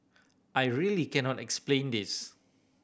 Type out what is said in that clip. I really cannot explain this